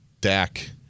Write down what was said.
Dak